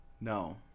No